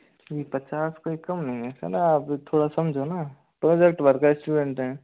जी पचास कोई कम नहीं है ऐसा न अभी थोड़ा समझो न प्रोजेक्ट वर्क है स्टूडेंट हैं